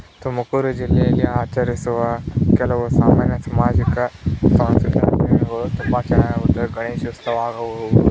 ತುಮಕೂರು ಜಿಲ್ಲೆಯಲ್ಲಿ ಆಚರಿಸುವ ಕೆಲವು ಸಾಮಾನ್ಯ ಸಾಮಾಜಿಕ ಸಾಂಸ್ಕೃತಿಕ ಆಚರಣೆಗಳು ತುಂಬ ಚೆನ್ನಾಗಿರುತ್ತದೆ ಗಣೇಶೋತ್ಸವ